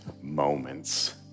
moments